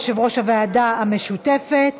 יושב-ראש הוועדה המשותפת.